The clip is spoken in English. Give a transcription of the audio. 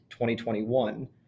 2021